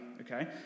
okay